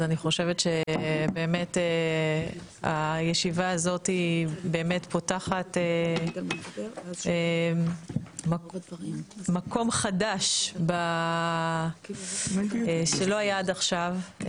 אני חושבת שבאמת הישיבה הזאת פותחת מקום חדש שלא היה עד עכשיו.